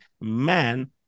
man